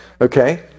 Okay